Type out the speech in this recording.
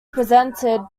presented